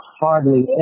hardly